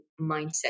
mindset